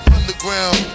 Underground